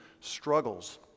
struggles